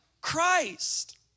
Christ